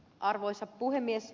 arvoisa puhemies